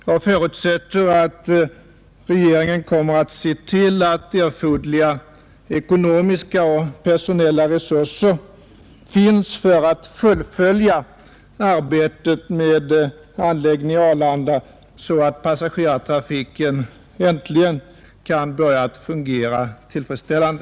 Jag förutsätter att regeringen kommer att se till att erforderliga ekonomiska och personella resurser finns för att fullfölja arbetet med anläggningen på Arlanda så att passagerartrafiken äntligen kan börja att fungera tillfredsställande.